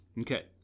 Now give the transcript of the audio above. Okay